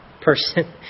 person